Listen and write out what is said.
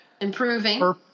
Improving